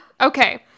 okay